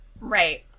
Right